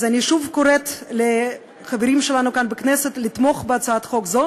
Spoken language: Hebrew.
אז אני שוב קוראת לחברים שלנו כאן בכנסת לתמוך בהצעת חוק זו